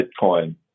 Bitcoin